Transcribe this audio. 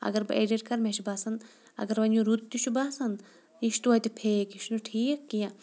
اگر بہٕ ایڈِٹ کَرٕ مےٚ چھُ باسان اگر وۄنۍ یہِ رُت تہِ چھُ باسان یہِ چھِ توتہِ فیک یہِ چھُنہٕ ٹھیٖک کینٛہہ